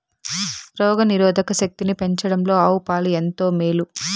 రోగ నిరోధక శక్తిని పెంచడంలో ఆవు పాలు ఎంతో మేలు